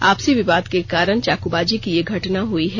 आपसी विवाद के कारण चाकूबाजी की ये घटना हुई है